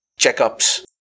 checkups